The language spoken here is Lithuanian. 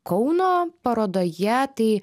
kauno parodoje tai